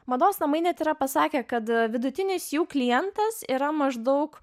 mados namai net yra pasakė kad vidutinis jų klientas yra maždaug